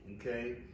okay